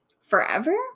forever